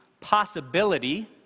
possibility